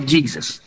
Jesus